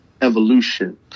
evolution